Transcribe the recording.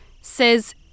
says